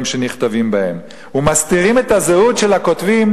שנכתבים בהם ומסתירים את הזהות של הכותבים,